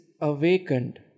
awakened